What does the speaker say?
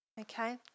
Okay